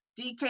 DK